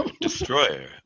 Destroyer